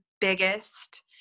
biggest